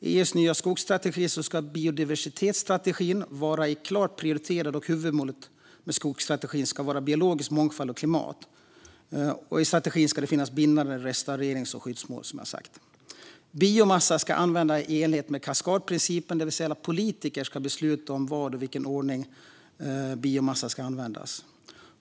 I EU:s nya skogsstrategi ska biodiversitetsstrategin vara klart prioriterad, och huvudmålet med skogsstrategin ska vara biologisk mångfald och klimat. Det ska i strategin finnas bindande restaurerings och skyddsmål, som jag har sagt. Biomassa ska användas i enlighet med kaskadprincipen, det vill säga att politiker ska besluta vad och i vilken ordning biomassa ska användas.